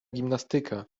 gimnastyka